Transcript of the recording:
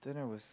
then I was